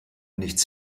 nichts